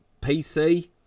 PC